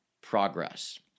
progress